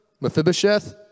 Mephibosheth